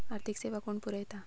आर्थिक सेवा कोण पुरयता?